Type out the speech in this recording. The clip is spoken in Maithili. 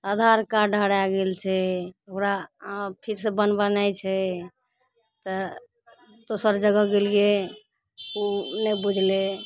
आधार कार्ड हराए गेल छै ओकरा आ फिरसँ बनबनाइ छै तऽ दोसर जगह गेलियै ओ नहि बुझलै